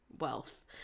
wealth